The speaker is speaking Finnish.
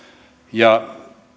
ja